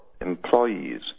employees